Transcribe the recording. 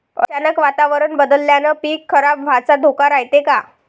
अचानक वातावरण बदलल्यानं पीक खराब व्हाचा धोका रायते का?